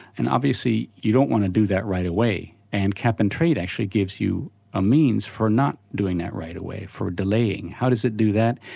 and obviously you don't want to do that right away, and cap and trade actually gives you a means for not doing that right away, for delaying. how does it do that?